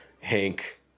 Hank